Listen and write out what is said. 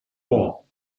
wall